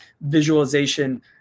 visualization